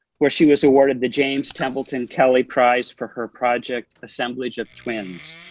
where she was awarded the james templeton kelley prize for her project, assemblage of twins.